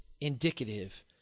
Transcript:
indicative